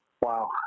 Wow